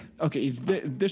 Okay